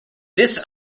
this